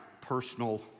personal